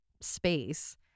space